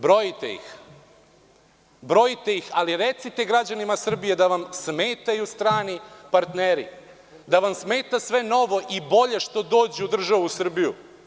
Brojte ih, ali recite građanima Srbije da vam smetaju strani partneri, da vam smeta sve novo i bolje što dođe u državu Srbiju.